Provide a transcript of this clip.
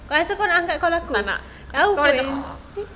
kau rasa kalau kau nak angkat kalau aku tahu